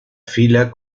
fila